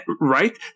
Right